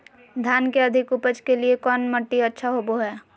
धान के अधिक उपज के लिऐ कौन मट्टी अच्छा होबो है?